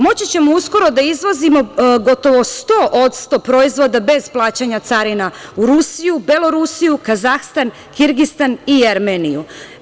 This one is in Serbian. Moći ćemo uskoro da izvozimo gotovo 100% proizvoda bez plaćanja carina u Rusiju, Belorusiju, Kazahstan, Kirgistan i Jermeniju.